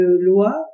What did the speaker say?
loi